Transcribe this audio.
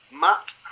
Matt